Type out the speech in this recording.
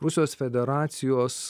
rusijos federacijos